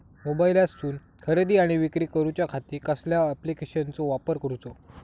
मोबाईलातसून खरेदी आणि विक्री करूच्या खाती कसल्या ॲप्लिकेशनाचो वापर करूचो?